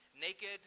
naked